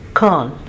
call